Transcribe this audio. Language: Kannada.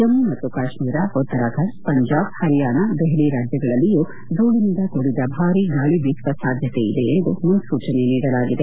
ಜಮ್ನು ಮತ್ತು ಕಾಶ್ನೀರ ಉತ್ತರಾಖಂಡ್ ಪಂಜಾಬ್ ಪರಿಯಾಣ್ ದೆಹಲಿ ರಾಜ್ಞಗಳಲ್ಲಿಯೂ ಧೂಳನಿಂದ ಕೂಡಿದ ಭಾರೀ ಗಾಳಿ ಬೀಸುವ ಸಾಧ್ಯತೆ ಇದೆ ಎಂದು ಮುನ್ನೂಚನೆ ನೀಡಲಾಗಿದೆ